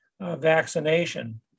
vaccination